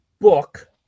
book